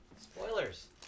Spoilers